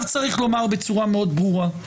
צריך לומר בצורה מאוד ברורה,